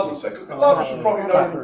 um second collaboration probably not